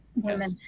women